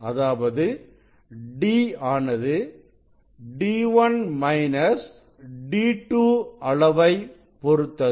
அதாவது d ஆனது d1 minus d2 அளவைப் பொருத்தது